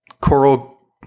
coral